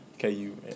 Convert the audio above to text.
KU